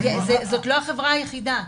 זאת לא החברה היחידה.